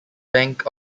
bank